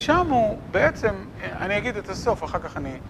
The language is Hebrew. שם הוא בעצם, אני אגיד את הסוף, אחר כך אני...